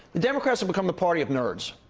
the democrats have become the party of nerds.